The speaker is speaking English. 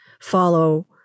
follow